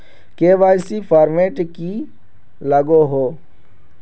KYC format की लागोहो?